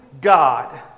God